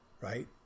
right